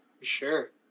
sure